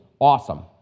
awesome